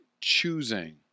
choosing